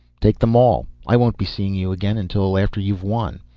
take them all, i won't be seeing you again until after you've won.